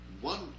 one